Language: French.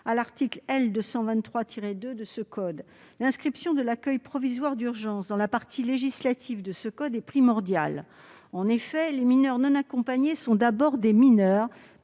à l'article L. 223-2 de ce code. L'inscription de l'accueil provisoire d'urgence dans la partie législative de ce code est primordiale. En effet, les MNA sont d'abord des mineurs